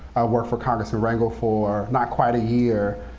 worked for congressman rangel for not quite a year,